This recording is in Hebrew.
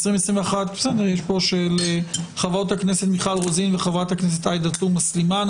של חברות הכנסת מיכל רוזין ועאידה תומא סלימאן.